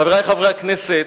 חברי חברי הכנסת,